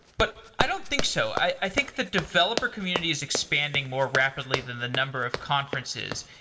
but i don't think so. i i think the developer community is expanding more rapidly than the number of conferences.